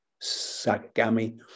sagami